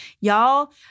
Y'all